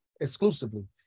exclusively